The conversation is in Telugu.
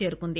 చేరుకుంది